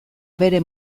bere